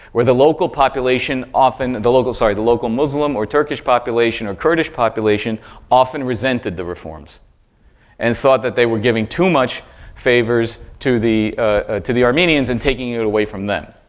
where the local population often the local sorry, the local muslim or turkish population or kurdish population often resented the reforms and thought that they were giving too much favors to the to the armenians and taking it away from them.